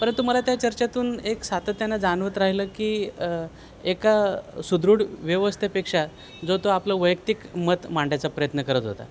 परंतु मला त्या चर्चेतून एक सातत्यानं जाणवत राहिलं की एका सुदृढ व्यवस्थेपेक्षा जो तो आपलं वैयक्तिक मत मांडायचा प्रयत्न करत होता